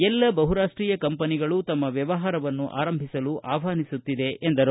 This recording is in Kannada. ಎಲ್ಲ ಬಹುರಾಷ್ಟೀಯ ಕಂಪನಿಗಳು ತಮ್ಮ ವ್ಯವಹಾರವನ್ನು ಆರಂಭಿಸಲು ಆಹ್ವಾನಿಸುತ್ತಿದೆ ಎಂದರು